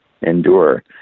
endure